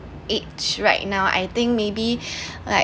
age right now I think maybe like